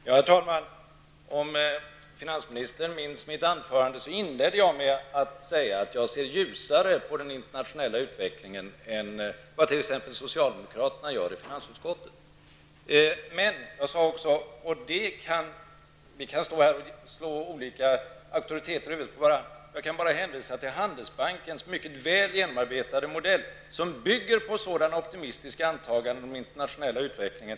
Herr talman! Om finansministern inte minns det inledde jag mitt anförande med att säga att jag ser ljusare på den internationella utvecklingen än vad t.ex. socialdemokraterna i finansutskottet gör. Vi kan stå här och slå olika auktoriteter i huvudet på varandra, men jag kan bara hänvisa till Handelsbankens mycket välgjorda modell, som bygger på ett optimistiskt antagande om den internationella utvecklingen.